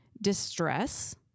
distress